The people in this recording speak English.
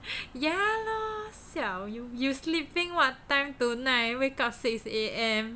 ya lor siao you sleeping what time tonight wake up six A_M